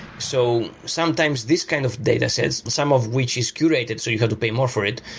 so sometimes these kind of datasets, some of which is curated, so you have to pay more for it.